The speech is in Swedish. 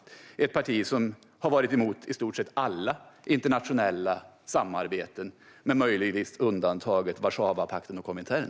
Det är ett parti som har varit emot i stort sett alla internationella samarbeten, möjligen med undantag för Warszawapakten och Komintern.